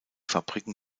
fabriken